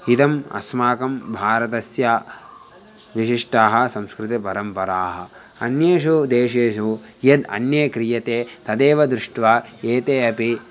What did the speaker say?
इदम् अस्माकं भारतस्य विशिष्टाः सांस्कृतिकपरम्पराः अन्येषु देशेषु यद् अन्ये क्रियते तदेव दृष्ट्वा एते अपि